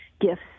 gifts